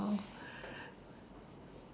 oh